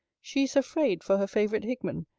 she is afraid for her favourite hickman,